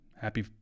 Happy